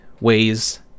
ways